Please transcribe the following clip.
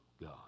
God